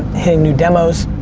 hitting new demos.